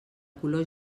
color